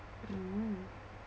mmhmm